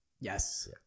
Yes